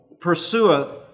pursueth